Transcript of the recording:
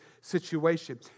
situation